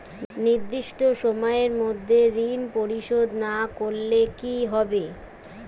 নির্দিষ্ট সময়ে মধ্যে ঋণ পরিশোধ না করলে কি হবে?